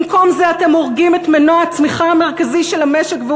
במקום זה אתם הורגים את מנוע הצמיחה המרכזי של המשק,